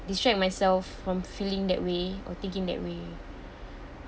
distract myself from feeling that way or thinking that way